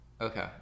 Okay